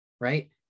right